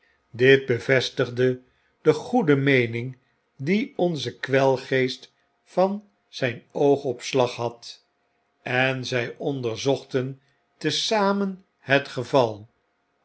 dit bevestigde degoede meening die onze kwelgeest van zijn oogopslag had en zij onderzochten te zamen het geval